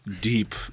deep